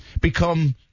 become